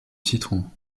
citron